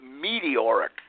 meteoric